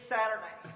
Saturday